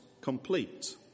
complete